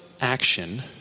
action